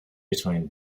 between